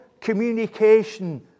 communication